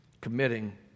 committing